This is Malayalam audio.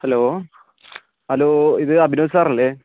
ഹലോ ഹലോ ഇത് അഭിനവ് സാറല്ലേ